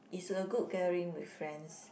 is a good gathering with friends